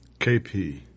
KP